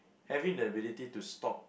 having the ability to stop